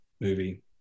movie